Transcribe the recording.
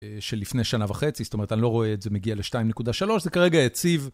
של לפני שנה וחצי, זאת אומרת, אני לא רואה את זה מגיע ל-2.3, זה כרגע יציב...